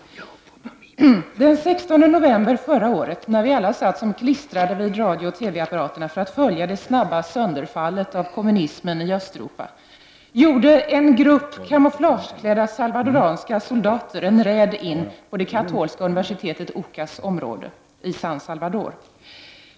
Den 16 november förra året, när vi alla satt som klistrade vid TV och radio för att följa det snabba sönderfallet av kommunismen i Östeuropa, gjorde en grupp kamouflageklädda salvadoranska soldater en räd in på det katolska universitetet UCA:s område i San Salvador.